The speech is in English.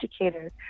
educators